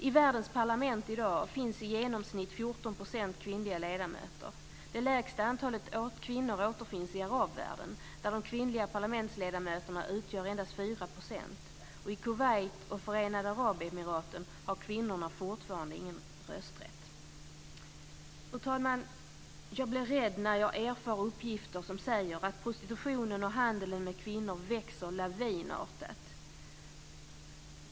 I världens parlament i dag finns i genomsnitt 14 % kvinnliga ledamöter. Det lägsta antalet kvinnor återfinns i arabvärlden där de kvinnliga parlamentsledamöterna utgör endast 4 %. Och i Kuwait och Förenade Arabemiraten har kvinnor fortfarande ingen rösträtt. Fru talman! Jag blir rädd när jag erfar uppgifter som säger att prostitutionen och handeln med kvinnor växer lavinartat.